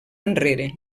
enrere